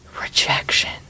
rejection